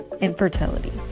infertility